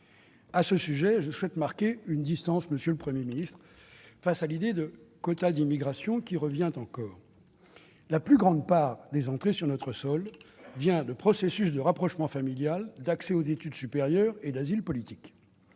À ce sujet, je souhaite marquer une distance, monsieur le Premier ministre, face à l'idée de quotas d'immigration qui revient encore. La plus grande part des entrées sur notre sol est issue de processus de rapprochement familial, d'accès aux études supérieures et d'asile politique.